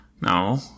No